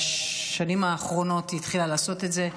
בשנים האחרונות היא התחילה לעשות את זה,